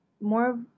more